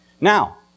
Now